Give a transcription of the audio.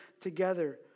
together